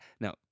Now